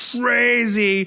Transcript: crazy